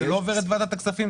זה לא עובר את ועדת הכספים,